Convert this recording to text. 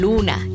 Luna